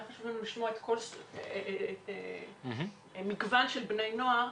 היה חשוב לנו לשמוע מגוון של בני נוער.